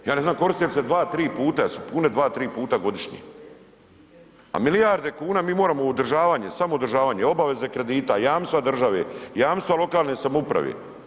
Ja ne znam koriste li se 2, 3 puta jesu pune 2, 3 puta godišnje, a milijarde kuna mi moramo u održavanje, samo održavanje, obaveze kredita, jamstva države, jamstva lokalne samouprave.